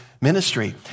ministry